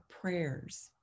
prayers